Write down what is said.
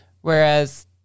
Whereas